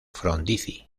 frondizi